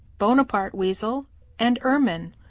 bonaparte weasel and ermine,